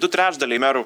du trečdaliai merų